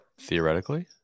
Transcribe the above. Theoretically